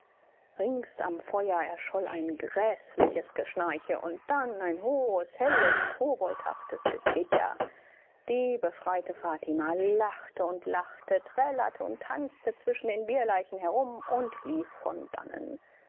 rings am feuer erscholl ein gräßliches geschnarche und dann ein hohes helles koboldhaftes gekicher die befreite fatima lachte und lachte trällerte und tanzte zwischen den bierleichen herum und lief von dannen